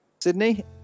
Sydney